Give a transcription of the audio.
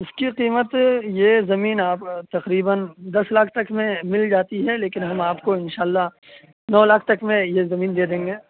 اس کی قیمت یہ زمین آپ تقریباً دس لاکھ تک میں مل جاتی ہے لیکن ہم آپ کو انشاء اللہ نو لاکھ تک میں یہ زمین دے دیں گے